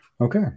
Okay